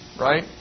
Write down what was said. Right